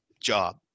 job